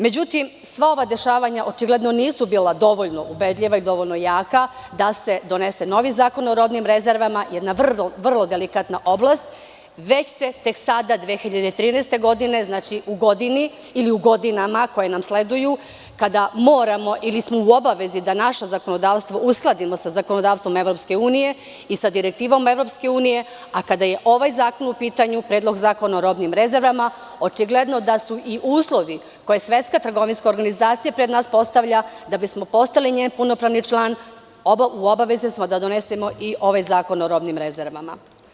Međutim, sva ova dešavanja očigledno nisu bila dovoljno ubedljiva i dovoljno jaka da se donese novi zakona o robnim rezervama, jedna vrlo delikatna oblast, već se tek sada 2013. godine, u godini ili u godinama koja nam sleduju, kada moramo ili smo u obavezi da naše zakonodavstvo uskladimo sa zakonodavstvom EU i sa direktivom EU, a kada je ovaj zakon u pitanju, Predlog zakona o robnim rezervama, očigledno da smo zbog uslova koje Svetska trgovinska organizacija pred nas postavlja da bismo postali njen punopravni član u obavezi da donesmo i ovaj zakon o robnim rezervama.